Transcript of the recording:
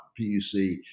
PUC